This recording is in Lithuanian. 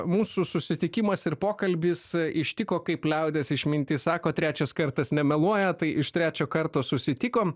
mūsų susitikimas ir pokalbis ištiko kaip liaudies išmintis sako trečias kartas nemeluoja tai iš trečio karto susitikom